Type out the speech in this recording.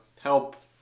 help